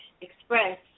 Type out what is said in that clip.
express